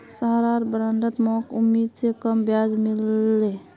सहारार बॉन्डत मोक उम्मीद स कम ब्याज मिल ले